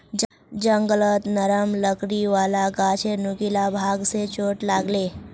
जंगलत नरम लकड़ी वाला गाछेर नुकीला भाग स चोट लाग ले